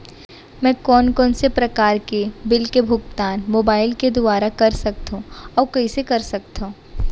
मैं कोन कोन से प्रकार के बिल के भुगतान मोबाईल के दुवारा कर सकथव अऊ कइसे कर सकथव?